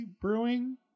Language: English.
brewing